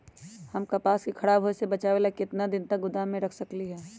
हम कपास के खराब होए से बचाबे ला कितना दिन तक गोदाम में रख सकली ह?